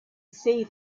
see